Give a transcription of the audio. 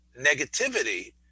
negativity